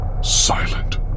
Silent